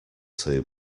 two